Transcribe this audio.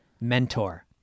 mentor